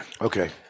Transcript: Okay